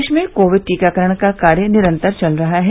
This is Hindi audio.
प्रदेश में कोविड टीकाकरण का कार्य निरन्तर चल रहा है